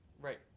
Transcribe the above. Right